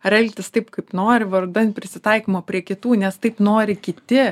ar elgtis taip kaip nori vardan prisitaikymo prie kitų nes taip nori kiti